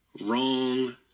wrong